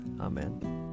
Amen